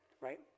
right